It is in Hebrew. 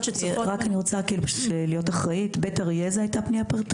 שצריכות --- אני מבינה שזה בית אריה ואלעד.